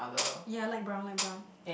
ya light brown light brown